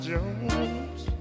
Jones